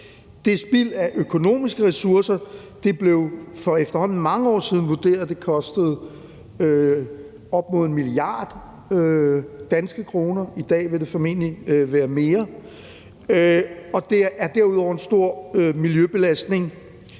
er spild af økonomiske ressourcer. Det blev for efterhånden mange år siden vurderet, at det kostede op mod 1 mia. DKK, og det ville i dag formentlig være mere, og det er derudover en stor miljøbelastning,